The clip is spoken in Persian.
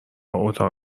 اتاق